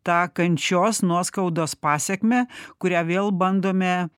tą kančios nuoskaudos pasekmę kurią vėl bandome